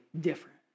different